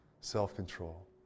self-control